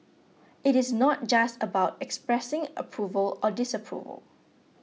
it is not just about expressing approval or disapproval